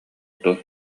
дуо